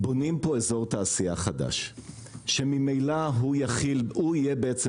בונים פה אזור תעשייה חדש שממילא הוא יהיה בעצם